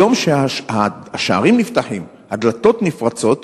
היום, כשהשערים נפתחים, הדלתות נפרצות,